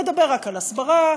לדבר רק על הסברה,